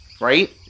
right